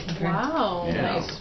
Wow